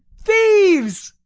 thieves!